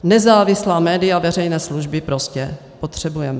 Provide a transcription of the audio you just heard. Nezávislá média veřejné služby prostě potřebujeme.